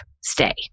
stay